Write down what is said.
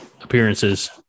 appearances